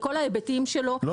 פיקוח מחירים על כל ההיבטים שלו הוא